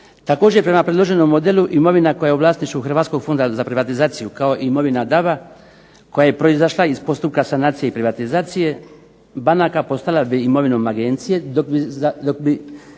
Također prema predloženom ... imovina koja je u vlasništvu HRvatskog fonda za privatizaciju kao i imovina DAB-a koja je proizašla iz postupka sanacije i privatizacije banaka postala bi imovinom agencije, dok bi